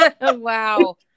wow